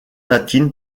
latine